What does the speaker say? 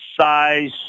Size